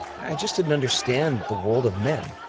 i just didn't understand the world of men.